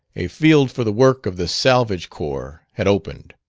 a field for the work of the salvage-corps had opened.